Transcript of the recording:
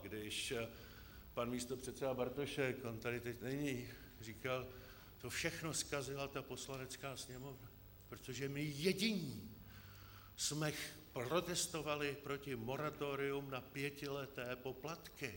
Když pan místopředseda Bartošek, on tady teď není, říkal, že všechno zkazila ta Poslanecká sněmovna, protože my jediní jsme protestovali proti moratoriu na pětileté poplatky.